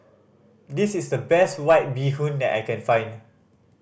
this is the best White Bee Hoon that I can find